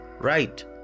right